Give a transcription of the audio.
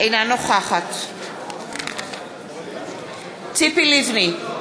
אינה נוכחת ציפי לבני,